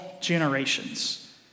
generations